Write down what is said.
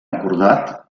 acordat